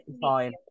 fine